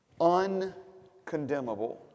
Uncondemnable